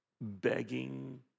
begging